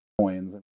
coins